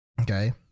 Okay